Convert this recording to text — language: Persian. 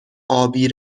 ابی